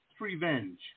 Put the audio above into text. Revenge